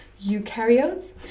eukaryotes